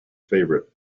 favorite